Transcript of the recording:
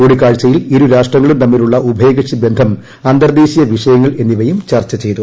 കൂടിക്കാഴ്ചയിൽ ഇരു രാഷ്ട്രങ്ങളും തമ്മിലുള്ള ഉഭയകക്ഷി ബന്ധം അന്തർദേശീയ വിഷയങ്ങൾ എന്നിവ ചർച്ച ചെയ്തു